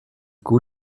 coup